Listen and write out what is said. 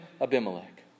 Abimelech